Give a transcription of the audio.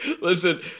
Listen